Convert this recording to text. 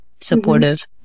supportive